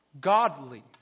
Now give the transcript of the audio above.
godly